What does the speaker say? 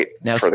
Now